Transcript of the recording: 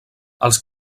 els